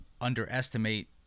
underestimate